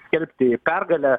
skelbti pergalę